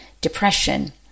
depression